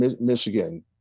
Michigan